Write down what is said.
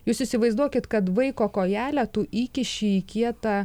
jūs įsivaizduokit kad vaiko kojelę tu įkiši į kietą